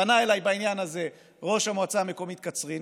פנה אליי בעניין הזה ראש המועצה המקומית קצרין,